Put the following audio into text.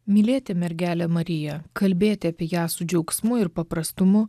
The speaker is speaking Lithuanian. mylėti mergelę mariją kalbėti apie ją su džiaugsmu ir paprastumu